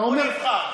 אתה אומר, הוא נבחר.